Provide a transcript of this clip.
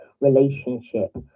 relationship